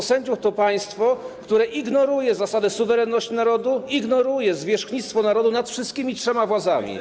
Państwo sędziów to państwo, które ignoruje zasadę suwerenności narodu, ignoruje zwierzchnictwo narodu nad wszystkimi trzema władzami.